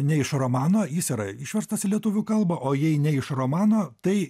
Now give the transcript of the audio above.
ne iš romano jis yra išverstas į lietuvių kalbą o jei ne iš romano tai